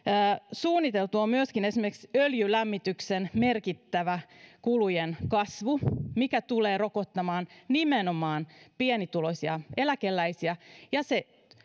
suunniteltu on myöskin esimerkiksi öljylämmityksen merkittävä kulujen kasvu mikä tulee rokottamaan nimenomaan pienituloisia eläkeläisiä ja se